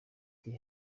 ati